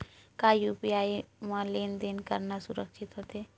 का यू.पी.आई म लेन देन करना सुरक्षित होथे?